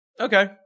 Okay